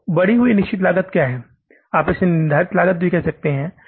तो बढ़ी हुई निश्चित लागत क्या है आप इसे निर्धारित लागत कह सकते हैं